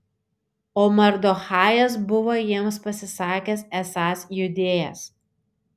o mardochajas buvo jiems pasisakęs esąs judėjas